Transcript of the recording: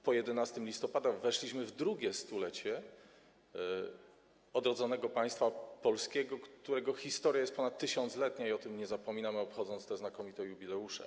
Po 11 listopada weszliśmy w drugie stulecie odrodzonego państwa polskiego, którego historia jest ponad 1000-letnia, i o tym nie zapominamy, obchodząc te znakomite jubileusze.